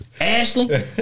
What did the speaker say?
Ashley